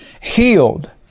healed